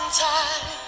time